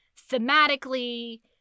thematically